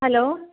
hello